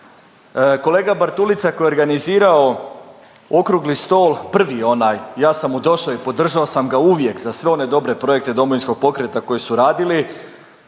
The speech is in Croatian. Kolega Bartulica koji je organizirao okrugli stol, prvi onaj, ja sam mu došao i podržao sam ga uvijek za sve one dobre projekte Domovinskog pokreta koje su radili.